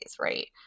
right